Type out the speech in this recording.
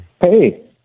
Hey